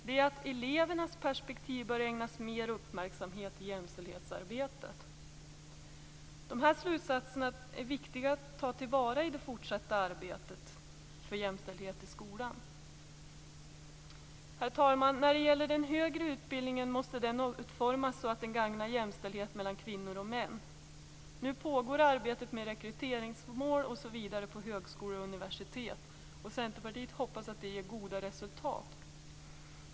Det är att elevernas perspektiv bör ägnas mer uppmärksamhet i jämställdhetsarbetet. De slutsatserna är viktiga att ta till vara i det fortsatta arbetet för jämställdhet i skolan. Herr talman! Den högre utbildningen måste utformas så att den gagnar jämställdhet mellan kvinnor och män. Nu pågår arbetet med rekryteringsmål osv. vid högskolor och universitet. Centerpartiet hoppas att det ger goda resultat.